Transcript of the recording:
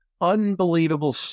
unbelievable